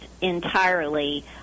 entirely